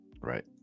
Right